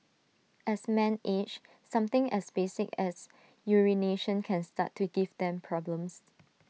as men age something as basic as urination can start to give them problems